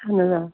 اَہَن حظ آ